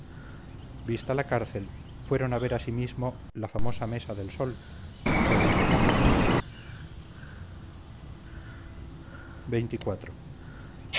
vista la cárcel fueron a ver asimismo la famosa mesa del sol según la llaman